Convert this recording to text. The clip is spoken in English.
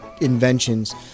inventions